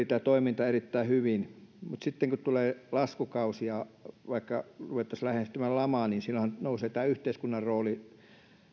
tämä toiminta pyörii erittäin hyvin mutta sitten kun tulee laskukausi ja vaikkapa ruvettaisiin lähestymään lamaa niin silloinhan tämä yhteiskunnan rooli